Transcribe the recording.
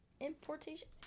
Importation